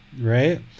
right